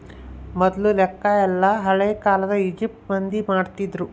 ಮೊದ್ಲು ಲೆಕ್ಕ ಎಲ್ಲ ಹಳೇ ಕಾಲದ ಈಜಿಪ್ಟ್ ಮಂದಿ ಮಾಡ್ತಿದ್ರು